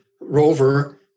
Rover